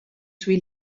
sui